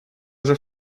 уже